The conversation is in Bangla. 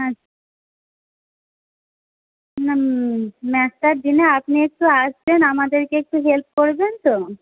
হ্যাঁ হুম ম্যাচটার দিনে আপনি একটু আসবেন আমাদেরকে একটু হেল্প করবেন তো